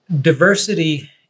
diversity